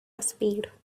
speed